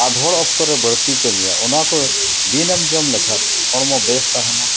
ᱟᱫᱷᱚᱲ ᱚᱠᱛᱚᱨᱮ ᱵᱟᱹᱲᱛᱤᱭ ᱠᱟᱢᱤᱭᱟ ᱚᱱᱟ ᱠᱚ ᱫᱤᱱᱮᱢ ᱡᱚᱢ ᱞᱮᱠᱷᱟᱱ ᱦᱚᱲᱢᱚ ᱵᱮᱹᱥ ᱛᱟᱦᱮᱱᱟ